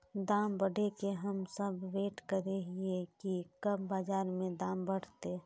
दाम बढ़े के हम सब वैट करे हिये की कब बाजार में दाम बढ़ते?